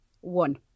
One